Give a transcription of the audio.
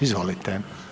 Izvolite.